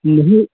नहीं